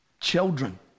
Children